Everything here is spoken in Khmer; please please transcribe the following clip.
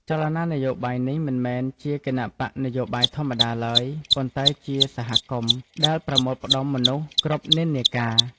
ចលនានយោបាយនេះមិនមែនជាគណបក្សនយោបាយធម្មតាឡើយ ប៉ុន្តែជា "សហគមន៍" ដែលប្រមូលផ្តុំមនុស្សគ្រប់និន្នាការ។